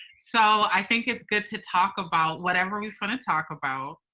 so, i think it's good to talk about whatever we finna talk about,